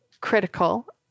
critical